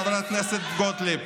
חברת הכנסת גוטליב,